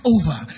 over